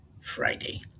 Friday